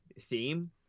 theme